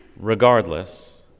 Regardless